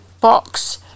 box